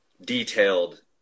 detailed